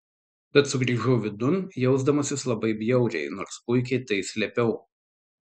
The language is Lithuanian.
tad sugrįžau vidun jausdamasis labai bjauriai nors puikiai tai slėpiau